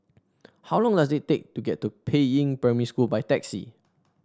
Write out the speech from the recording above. how long does it take to get to Peiying Primary School by taxi